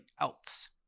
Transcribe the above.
else